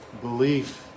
belief